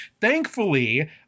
Thankfully